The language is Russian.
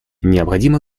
необходимо